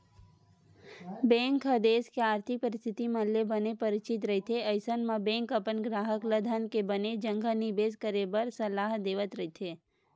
bank ह देस के आरथिक परिस्थिति मन ले बने परिचित रहिथे अइसन म बेंक अपन गराहक ल धन के बने जघा निबेस करे बर सलाह देवत रहिथे